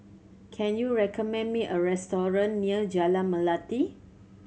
can you recommend me a restaurant near Jalan Melati